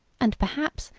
and, perhaps,